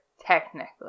technically